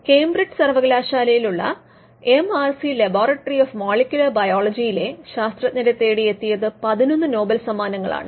Cambridge സർവകലാശാലയിലുള്ള MRC laboratory of molecular ബയോളജിയിലെ ശാസ്ത്രജ്ഞരെ തേടി എത്തിയത് 11 നോബൽ സമ്മാനങ്ങളാണ്